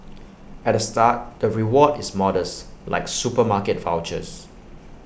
at the start the reward is modest like supermarket vouchers